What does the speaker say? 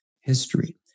history